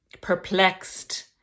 perplexed